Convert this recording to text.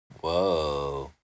Whoa